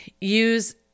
use